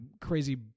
crazy